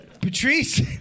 Patrice